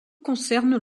concernent